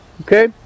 Okay